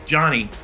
Johnny